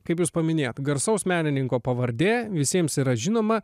kaip jūs paminėjote garsaus menininko pavardė visiems yra žinoma